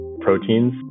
proteins